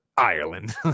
ireland